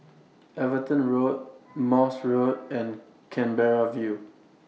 Everton Road Morse Road and Canberra View